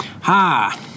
hi